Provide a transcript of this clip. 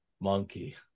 monkey